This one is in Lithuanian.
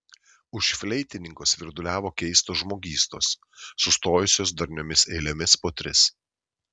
už fleitininko svirduliavo keistos žmogystos sustojusios darniomis eilėmis po tris